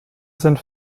sind